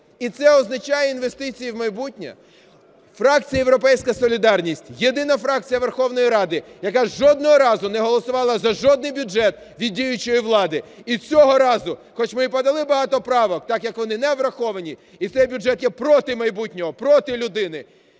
І це означає інвестиції в майбутнє? Фракція "Європейська солідарність" – єдина фракція Верховної Ради, яка жодного разу не голосувала за жодний бюджет від діючої влади. І цього разу, хоч ми і подали багато правок, так як вони не враховані і цей бюджет є проти майбутнього, проти людини,